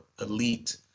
elite